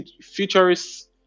Futurists